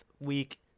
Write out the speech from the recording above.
week